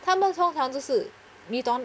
他们通常就是 we don't